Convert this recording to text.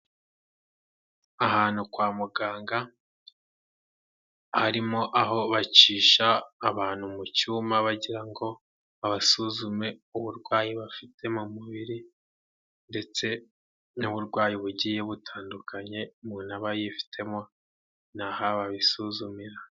Ahantu kwa muganga harimo aho bacisha abantu mu cyuma bagira ngo babasuzume uburwayi bafite mu mubiri ndetse n'uburwayi bugiye butandukanye umuntu abayifitemo naha babisuzumira.